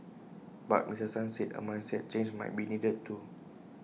but Mister Tan said A mindset change might be needed too